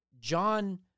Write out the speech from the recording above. John